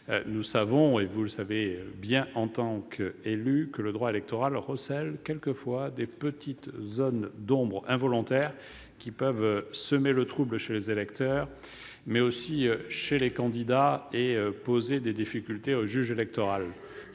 effectivement, et vous le savez bien en qualité d'élus, que le droit électoral recèle parfois de petites zones d'ombre involontaires, qui peuvent semer le trouble chez les électeurs, mais aussi chez les candidats, et poser des difficultés au juge électoral.